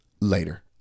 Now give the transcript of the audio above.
Later